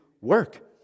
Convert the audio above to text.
work